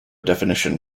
definition